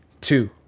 two